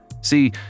See